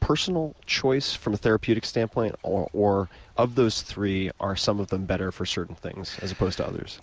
personal choice from a therapeutic standpoint or or of those three are some of them better for certain things as opposed to others?